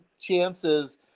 chances